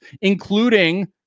including